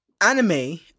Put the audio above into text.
anime